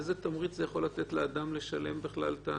איזה תמריץ זה יכול לתת לאדם לשלם בכלל?